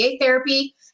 therapy